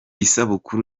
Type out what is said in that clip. isabukuru